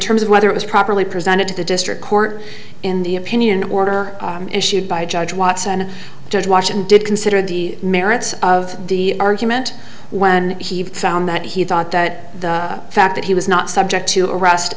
terms of whether it was properly presented to the district court in the opinion order issued by judge watts and judge washington did consider the merits of the argument when he found that he thought that the fact that he was not subject to